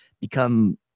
become